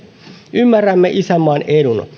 ymmärrämme isänmaan edun